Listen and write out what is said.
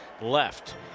left